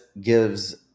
gives